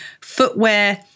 footwear